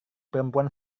perempuan